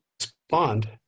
respond